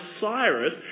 Cyrus